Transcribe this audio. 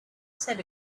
said